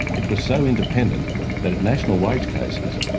it was so independent that at national wage cases,